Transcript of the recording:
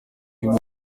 ivuga